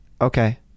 Okay